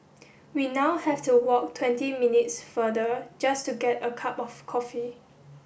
we now have to walk twenty minutes further just to get a cup of coffee